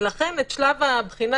לכן שלב הבחינה,